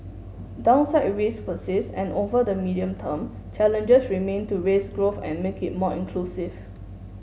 downside risks persist and over the medium term challenges remain to raise growth and make it more inclusive